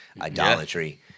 idolatry